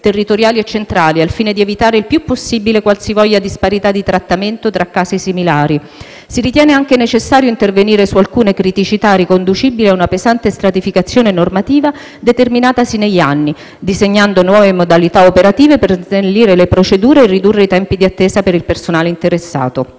territoriali o centrali, al fine di evitare il più possibile qualsivoglia disparità di trattamento tra casi similari. Si ritiene anche necessario intervenire su alcune criticità riconducibili a una pesante stratificazione normativa determinatasi negli anni, disegnando nuove modalità operative per snellire le procedure e ridurre i tempi di attesa per il personale interessato.